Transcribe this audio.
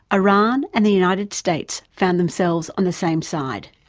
iran and the united states found themselves on the same side.